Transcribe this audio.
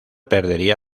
perdería